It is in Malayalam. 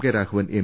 കെരാഘവൻ എം